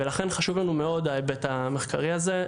ולכן חשוב לנו מאוד ההיבט המספרי הזה,